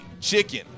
chicken